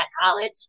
college